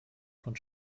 von